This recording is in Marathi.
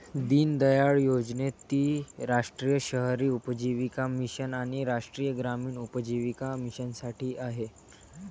दीनदयाळ योजनेत ती राष्ट्रीय शहरी उपजीविका मिशन आणि राष्ट्रीय ग्रामीण उपजीविका मिशनसाठी आहे